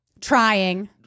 trying